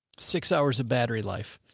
six hours of battery life.